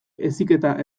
heziketa